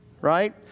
right